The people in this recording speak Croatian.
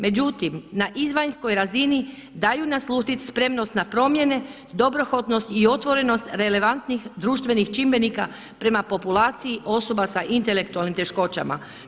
Međutim, na izvanjskoj razini daju naslutiti spremnost na promjene, dobrohotnost i otvorenost relevantnih društvenih čimbenika prema populaciji osoba sa intelektualnim teškoćama.